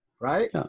right